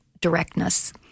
directness